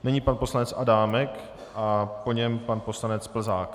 Nyní pan poslanec Adámek a po něm pan poslanec Plzák.